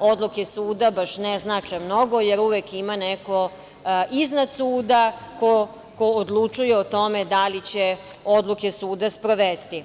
odluke suda baš ne znače mnogo, jer uvek ima neko iznad suda ko odlučuje o tome da li će odluke suda sprovesti.